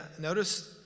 notice